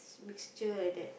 mixture like that